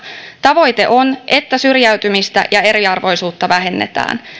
tavoite on että syrjäytymistä ja eriarvoisuutta vähennetään